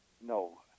No